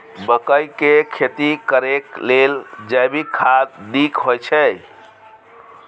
मकई के खेती करेक लेल जैविक खाद नीक होयछै?